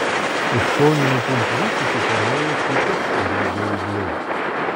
iš šoninių pumpurų susiformuoja kito lygio ūgliai